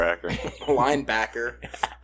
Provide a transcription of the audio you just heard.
Linebacker